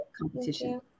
competition